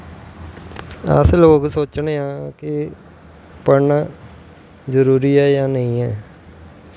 अस लोग सोचनें आं कि पढ़नां जरूरी ऐ जां नेंई